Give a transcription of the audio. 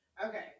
Okay